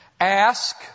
Ask